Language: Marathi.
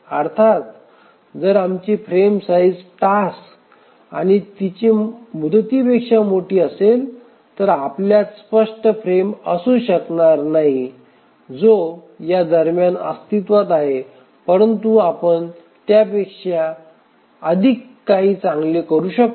अर्थात जर आमची फ्रेम साइझ टास्क आणि तिची मुदतापेक्षा मोठी असेल तर आपल्यात स्पष्ट फ्रेम असू शकत नाही जो या दरम्यान अस्तित्वात आहे परंतु आपण त्यापेक्षा अधिक चांगले करू शकतो